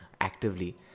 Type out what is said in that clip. actively